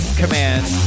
commands